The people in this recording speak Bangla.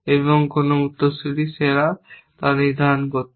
এবং কোন উত্তরসূরি সেরা তা নির্ধারণ করতে